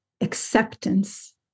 acceptance